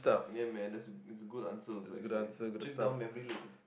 ya man that's a that's a good answer also actually trip down memory lane